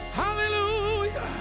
Hallelujah